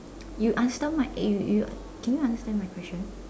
you understand mine you you can you understand my question